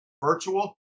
virtual